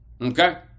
okay